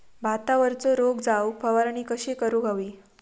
भातावरचो रोग जाऊक फवारणी कशी करूक हवी?